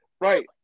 Right